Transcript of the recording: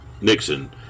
Nixon